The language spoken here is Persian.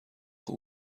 خوب